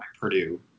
Purdue